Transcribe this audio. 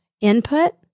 Input